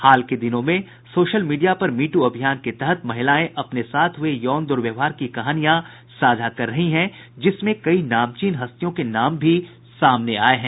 हाल के दिनों में सोशल मीडिया पर मीटू अभियान के तहत महिलाएं अपने साथ हुए यौन दुर्व्यवहार की कहानियां साझा कर रही हैं जिसमें कई नामचीन हस्तियों के नाम भी सामने आये हैं